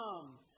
come